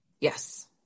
Yes